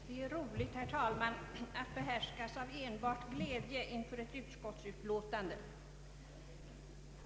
Herr talman! Det är roligt att behärskas av enbart glädje inför ett utskottsutlåtande.